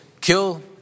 kill